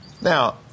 Now